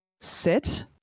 sit